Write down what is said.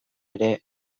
ere